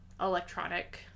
electronic